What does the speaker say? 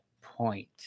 point